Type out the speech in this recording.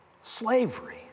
slavery